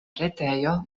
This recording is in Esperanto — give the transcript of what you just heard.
retejo